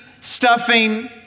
stuffing